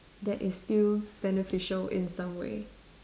that is still beneficial in some way